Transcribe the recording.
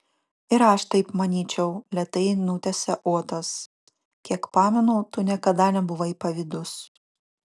ir aš taip manyčiau lėtai nutęsė otas kiek pamenu tu niekada nebuvai pavydus